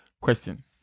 question